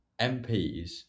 mps